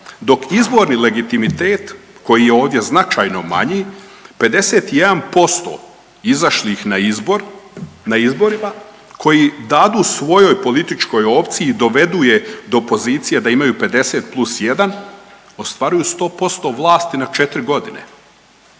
dok izborni legitimitet koji je ovdje značajno manji 51% izašlih na izborima koji dadu svojoj političkoj opciji, dovedu je do pozicije da imaju 50 plus 1 ostvaruju 100 posto vlasti na četiri godine.